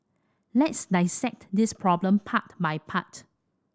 let's dissect this problem part by part